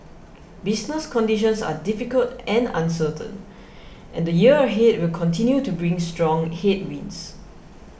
business conditions are difficult and uncertain and the year ahead will continue to bring strong headwinds